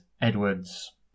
Edwards